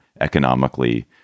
economically